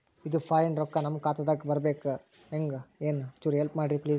ಇದು ಫಾರಿನ ರೊಕ್ಕ ನಮ್ಮ ಖಾತಾ ದಾಗ ಬರಬೆಕ್ರ, ಹೆಂಗ ಏನು ಚುರು ಹೆಲ್ಪ ಮಾಡ್ರಿ ಪ್ಲಿಸ?